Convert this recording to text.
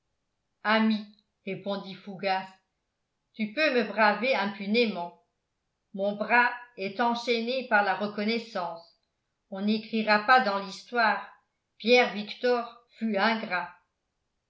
répondit fougas tu peux me braver impunément mon bras est enchaîné par la reconnaissance on n'écrira pas dans l'histoire pierre victor fut